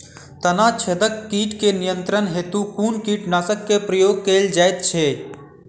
तना छेदक कीट केँ नियंत्रण हेतु कुन कीटनासक केँ प्रयोग कैल जाइत अछि?